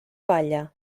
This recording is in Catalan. palla